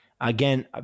Again